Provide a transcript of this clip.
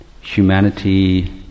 Humanity